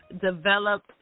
develop